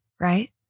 right